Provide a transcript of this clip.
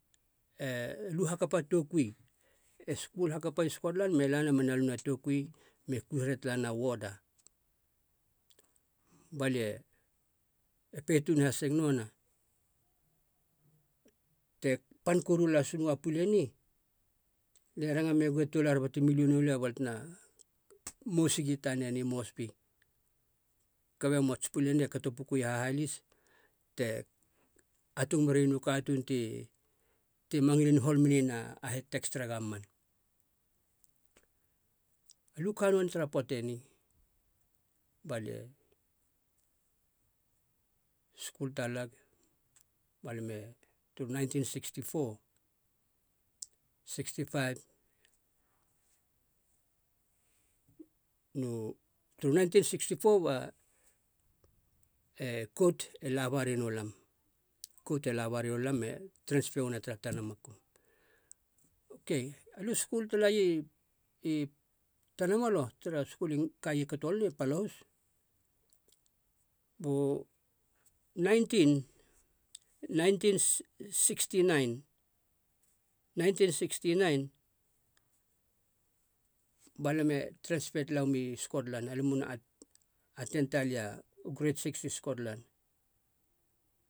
E lu hakapa toukui, e skul hakapaia i scotlan me lana mena lueiena a toukui me kui here talana woda. Balia e pe tuun haseg, noana, te pan koru has noa a pula eni, alia e ranga megou e toular bate mi luenou lia balia tena mous gia i tanen i moresby kaba e moa, a tsi pula eni e kato pukuia i hahaliis te atung meraian u katuun ti- tima ngilin hol menien het tax tere gov'man. Aliu ka nonei tara poata eni, balia skul talag ba lime turu nineteen sixty four, sixty five, nou turu nineteen sixty four ba e kot e la ba ra noulam kot e la ba raiolam me transper uana tara tana makum. Okay, alia u skul talaia i- i tanamalo tara skul e kaia i kotolana i palohus bu, nineteen sixty nine balam e transper talauam i scotlan alam u na a- aten talea u grade six scotlan.